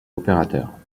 opérateurs